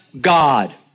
God